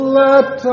let